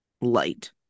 light